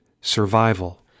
survival